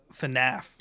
FNAF